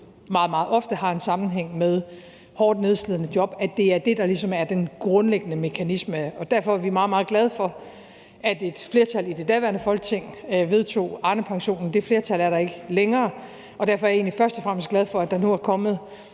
meget ofte har en sammenhæng med hårdt nedslidende job – som er det, der ligesom er den grundlæggende mekanisme. Og derfor er vi meget, meget glade for, at et flertal i det daværende Folketing vedtog Arnepensionen. Det flertal er der ikke længere, og derfor er jeg egentlig først og fremmest glad for, at der nu er kommet